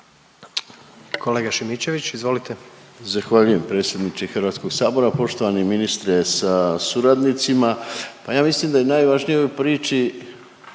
**Šimičević, Rade (HDZ)** Zahvaljujem predsjedniče Hrvatskog sabora. Poštovani ministre sa suradnicima, pa ja mislim da je najvažnije u ovoj